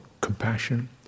compassion